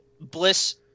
Bliss